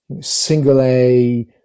single-A